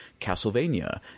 Castlevania